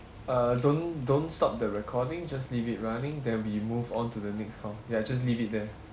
uh don't don't stop the recording just leave it running then we move on to the next call ya just leave it there